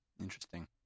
Interesting